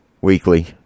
weekly